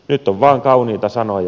nyt on vain kauniita sanoja